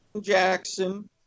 Jackson